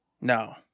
No